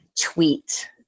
tweet